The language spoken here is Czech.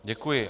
Děkuji.